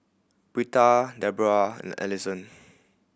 Britta Deborrah and Alison